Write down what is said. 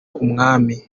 umwami